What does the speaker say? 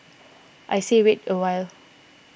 I say wait a while